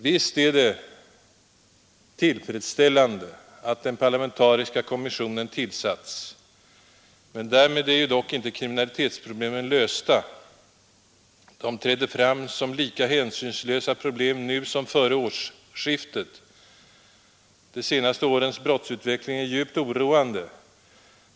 Visst är det tillfredsställande att den parlamentariska kommissionen tillsatts, men därmed är ju inte kriminalitetsproblemen lösta. De träder fram som lika ”hänsynslösa” problem nu som före årsskiftet. De senaste årens brottsutveckling är djupt oroande.